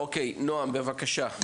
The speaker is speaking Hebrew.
אוקיי, נעם, בבקשה.